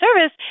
service